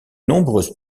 nombreuses